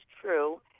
true